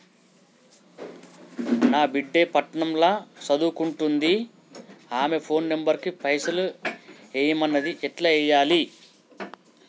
నా బిడ్డే పట్నం ల సదువుకుంటుంది ఆమె ఫోన్ నంబర్ కి పైసల్ ఎయ్యమన్నది ఎట్ల ఎయ్యాలి?